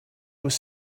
was